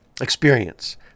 experience